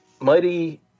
mighty